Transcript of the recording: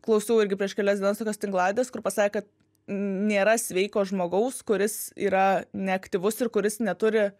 klausiau irgi prieš kelias dienas tokios tinklalaidės kur pasakė kad nėra sveiko žmogaus kuris yra neaktyvus ir kuris neturi